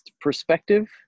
perspective